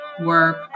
work